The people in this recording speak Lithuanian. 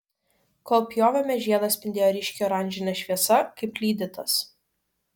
kol pjovėme žiedas spindėjo ryškiai oranžine šviesa kaip lydytas